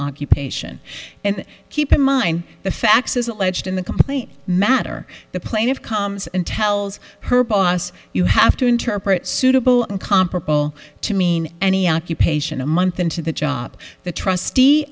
occupation and keep in mind the facts as alleged in the complaint matter the plain of comes and tells her boss you have to interpret suitable and comparable to mean any occupation a month into the job the trustee